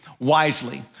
wisely